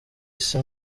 isi